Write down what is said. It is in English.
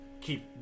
keep